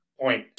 point